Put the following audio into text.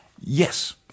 Yes